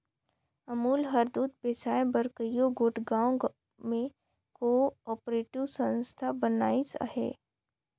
अमूल हर दूद बेसाए बर कइयो गोट गाँव में को आपरेटिव संस्था बनाइस अहे